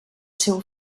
seu